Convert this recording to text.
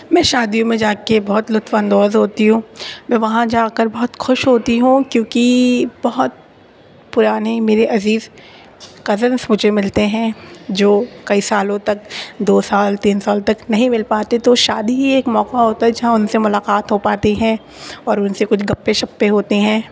میں شادیوں میں جا کے بہت لطف اندوز ہوتی ہوں میں وہاں جا کر بہت خوش ہوتی ہوں کیوںکہ بہت پرانے میرے عزیز کزنس مجھے ملتے ہیں جو کئی سالوں تک دو سال تین سال تک نہیں مل پاتے تو شادی ہی ایک موقع ہوتا ہے جہاں ان سے ملاقات ہو پاتی ہے اور ان سے کچھ گپے شپے ہوتے ہیں